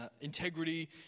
Integrity